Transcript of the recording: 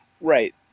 Right